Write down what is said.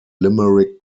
limerick